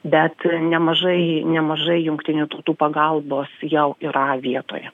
bet nemažai nemažai jungtinių tautų pagalbos jau yra vietoje